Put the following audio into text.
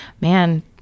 man